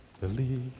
believe